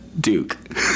Duke